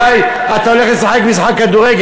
אולי אתה הולך לשחק משחק כדורגל,